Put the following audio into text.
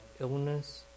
illness